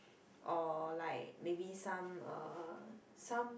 or like maybe some uh some